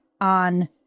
on